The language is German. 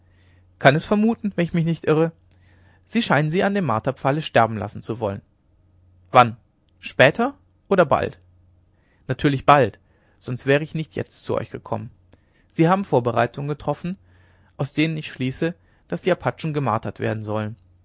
kann es vermuten wenn ich mich nicht irre sie scheinen sie an dem marterpfahle sterben lassen zu wollen wann später oder bald natürlich bald sonst wäre ich nicht jetzt zu euch gekommen sie haben vorbereitungen getroffen aus denen ich schließe daß die apachen gemartert werden sollen